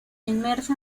inmersa